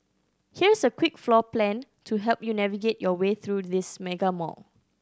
here's a quick floor plan to help you navigate your way through this mega mall